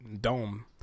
dome